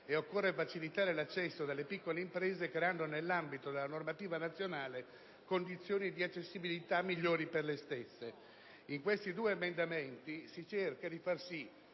ed occorre facilitare l'accesso delle piccole imprese creando nell'ambito della normativa nazionale condizioni di accessibilità migliori per le stesse». In questi due emendamenti si cerca di far sì